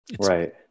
Right